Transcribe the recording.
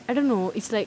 I don't know it's like